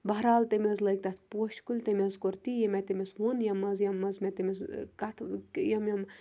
بہرحال تٔمۍ حظ لٲگۍ تَتھ پوشہِ کُلۍ تٔمۍ حظ کوٚر تی یہِ مےٚ تٔمِس ووٚن ییٚمہِ منٛز ییٚمہِ منٛز مےٚ تٔمِس کَتھ یِم یِم